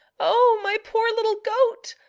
oh, my poor little goat!